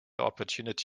opportunity